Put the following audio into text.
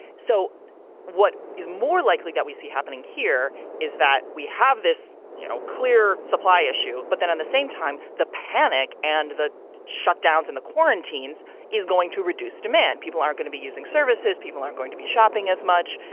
so what is more likely that we see happening here is that we have this, you know, clear supply issue. but then at and the same time, the panic and the shutdowns and the quarantines quarantines is going to reduce demand. people are going to be using services. people are going to be shopping as much.